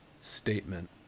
statement